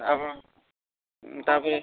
ଆପଣ ତା' ପାଇଁ